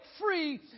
free